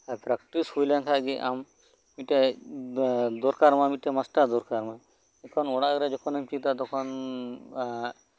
practice ᱦᱳᱭ ᱞᱮᱱᱠᱷᱟᱱ ᱜᱮ ᱟᱢ ᱢᱤᱫ ᱴᱮᱱ ᱫᱚᱨᱠᱟᱨ ᱟᱢᱟ ᱢᱟᱥᱴᱟᱨ ᱫᱚᱨᱠᱟᱨᱟᱢᱟ ᱚᱲᱟᱜ ᱨᱮ ᱟᱢ ᱡᱚᱠᱷᱚᱱᱮᱢ ᱪᱮᱫᱟ ᱛᱚᱠᱷᱚᱱ ᱮᱫ